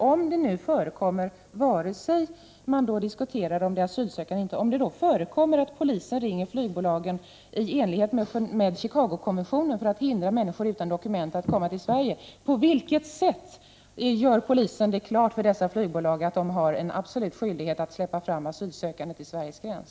Om det förekommer att polisen, i enlighet med Chicagokonventionen, ringer flygbolagen för att hindra människor utan dokument att komma till Sverige, vare sig det rör sig om asylsökande eller inte, på vilket sätt klargör polisen för flygbolagen att polisen har en absolut skyldighet att släppa fram asylsökande till Sveriges gräns?